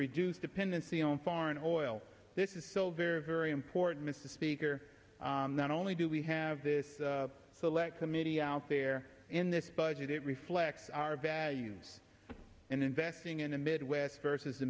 reduce dependency on foreign oil this is so very very important mr speaker not only do we have this select committee out there in this budget it reflects our values and investing in the midwest versus the